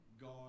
god